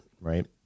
right